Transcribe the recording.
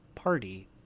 party